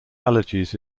allergies